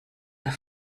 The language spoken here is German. der